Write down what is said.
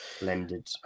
blended